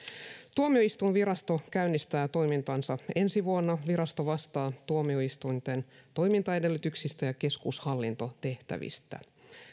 tuomioistuinvirasto käynnistää toimintansa ensi vuonna virasto vastaa tuomioistuinten toimintaedellytyksistä ja keskushallintotehtävistä